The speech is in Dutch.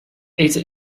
eten